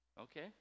okay